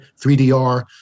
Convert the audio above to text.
3DR